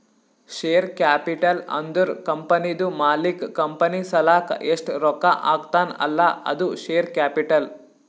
share capital ಅಂದುರ್ ಕಂಪನಿದು ಮಾಲೀಕ್ ಕಂಪನಿ ಸಲಾಕ್ ಎಸ್ಟ್ ರೊಕ್ಕಾ ಹಾಕ್ತಾನ್ ಅಲ್ಲಾ ಅದು ಶೇರ್ ಕ್ಯಾಪಿಟಲ್